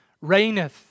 reigneth